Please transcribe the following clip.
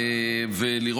לטפל בתופעה הזאת ביתר שאת.